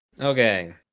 Okay